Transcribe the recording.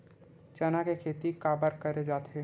चना के खेती काबर करे जाथे?